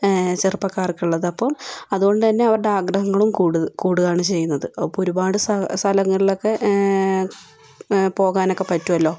ചെറുപ്പക്കാർക്കുള്ളത് അപ്പോൾ അതുകൊണ്ടുതന്നെ അവരുടെ ആഗ്രഹങ്ങളും കൂടു കൂടുകയാണ് ചെയ്യുന്നത് അപ്പോൾ ഒരുപാട് സ്ഥല സ്ഥലങ്ങളിലൊക്കെ പോകാനൊക്കെ പറ്റുമല്ലോ